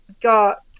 got